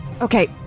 Okay